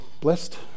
blessed